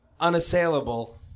unassailable